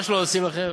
מה שלא עושים לכם,